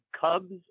Cubs